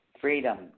Freedom